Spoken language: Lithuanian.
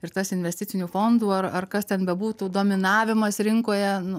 ir tas investicinių fondų ar ar kas ten bebūtų dominavimas rinkoje nu